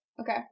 Okay